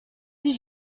did